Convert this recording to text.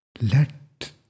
let